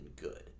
good